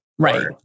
Right